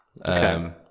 Okay